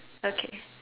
okay